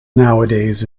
nowadays